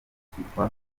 cyitwa